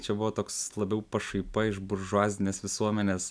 čia buvo toks labiau pašaipa iš buržuazinės visuomenės